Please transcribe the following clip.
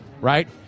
right